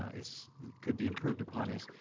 is could be improved upon is,